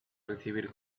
recibir